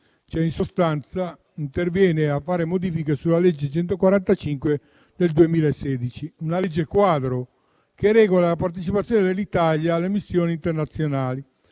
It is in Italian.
e in sostanza interviene introducendo modifiche alla legge n. 145 del 2016, una legge quadro che regola la partecipazione dell'Italia alle missioni internazionali,